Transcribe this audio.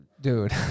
dude